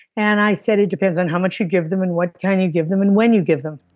and i said it depends on how much you give them, and what kind you give them and when you give them